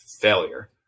failure